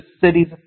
cities